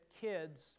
kids